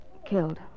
Killed